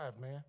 man